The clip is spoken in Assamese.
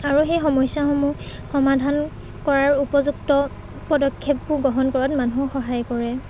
আৰু সেই সমস্যাসমূহ সমাধান কৰাৰ উপযুক্ত পদক্ষেপবোৰ গ্ৰহণ কৰাত মানুহ সহায় কৰে